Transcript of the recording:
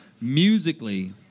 Musically